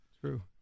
True